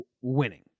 winning